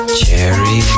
cherry